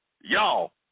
y'all